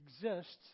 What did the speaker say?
exists